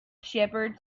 shepherd